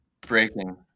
Breaking